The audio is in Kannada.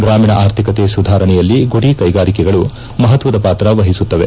ಗ್ರಾಮೀಣ ಆರ್ಥಿಕತೆ ಸುಧಾರಣೆಯಲ್ಲಿ ಗುಡಿ ಕೈಗಾರಿಕೆಗಳು ಮಹತ್ವದ ಪಾತ್ರ ವಹಿಸುತ್ತವೆ